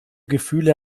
gefühle